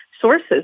sources